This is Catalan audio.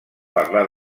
parlar